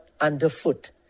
underfoot